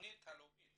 התכנית הלאומית